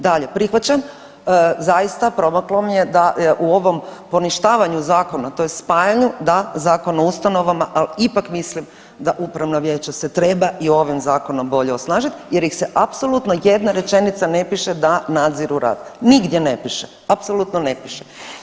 Dalje, prihvaćam zaista … [[Govornik se ne razumije]] da je u ovom poništavanju zakona tj. spajanju da Zakon o ustanovama, al ipak mislim da upravna vijeća se treba i ovim zakonom bolje osnažit jer ih se apsolutno jedna rečenice ne piše da nadziru rad, nigdje ne piše, apsolutno ne piše.